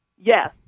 Yes